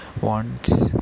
wants